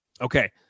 Okay